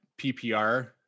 PPR